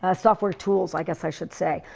ah software tools i guess i should say.